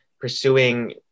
pursuing